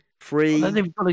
free